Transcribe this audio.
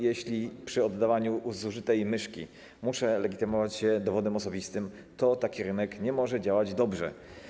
Jeśli przy oddawaniu zużytej myszki muszę legitymować się dowodem osobistym, to taki rynek nie może działać dobrze.